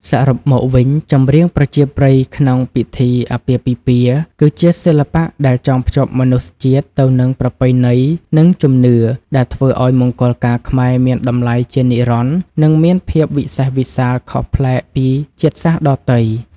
សរុបមកវិញ ចម្រៀងប្រជាប្រិយក្នុងពិធីអាពាហ៍ពិពាហ៍ គឺជាសិល្បៈដែលចងភ្ជាប់មនុស្សជាតិទៅនឹងប្រពៃណី និងជំនឿ ដែលធ្វើឱ្យមង្គលការខ្មែរមានតម្លៃជានិរន្តរ៍ និងមានភាពវិសេសវិសាលខុសប្លែកពីជាតិសាសន៍ដទៃ។